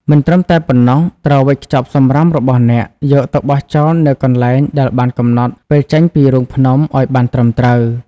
មិនត្រឹមតែប៉ុណ្ណោះ ត្រូវវេចខ្ចប់សំរាមរបស់អ្នកយកទៅបោះចោលនៅកន្លែងដែលបានកំណត់ពេលចេញពីរូងភ្នំអោយបានត្រឹមត្រូវ។